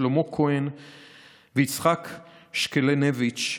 שלמה כהן ויצחק שקלנביץ'